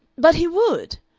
but he would!